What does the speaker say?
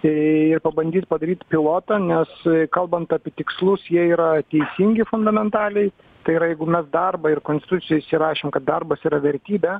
tai pabandyt padaryt pilotą nes kalbant apie tikslus jie yra teisingi fundamentaliai tai yra jeigu mes darbą ir konstitucijoj įsirašėm kad darbas yra vertybė